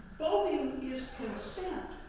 voting is consent,